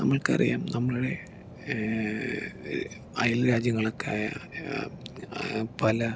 നമ്മൾക്കറിയാം നമ്മളുടെ അയൽ രാജ്യങ്ങളൊക്കെ ആയ പല